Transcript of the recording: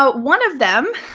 but one of them